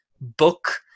book